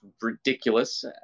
ridiculous